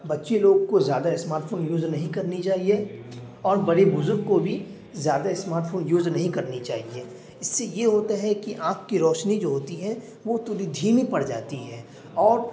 بچے لوگ کو زیادہ اسمارٹ فون یوز نہیں کرنی چاہیے اور بڑے بزرگ کو بھی زیادہ اسمارٹ فون یوز نہیں کرنی چاہیے اس سے یہ ہوتا ہے کہ آنکھ کی روشنی جو ہوتی ہے وہ تھوڑی دھیمی پڑ جاتی ہے اور